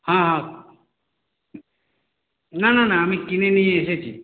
হ্যাঁ হ্যাঁ না না না আমি কিনে নিয়ে এসেছি